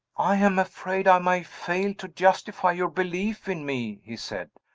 i am afraid i may fail to justify your belief in me, he said,